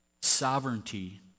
sovereignty